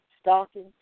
stalking